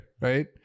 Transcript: right